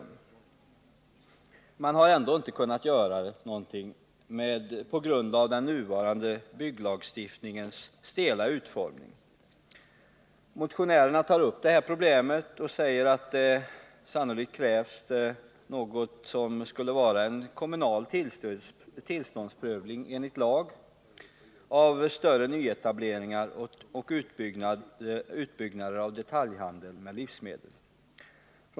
Man — 11 december 1979 har ändå inte kunnat göra någonting på grund av den nuvarande bygglagstiftningens stela utformning. Motionärerna tar upp problemet och säger att det sannolikt krävs en kommunal tillståndsprövning av all nyetablering och utbyggnad av detaljhandeln med livsmedel enligt särskild lag.